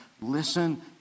listen